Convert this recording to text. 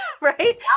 right